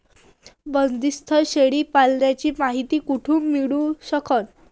बंदीस्त शेळी पालनाची मायती कुठून मिळू सकन?